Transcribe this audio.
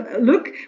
Look